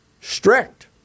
strict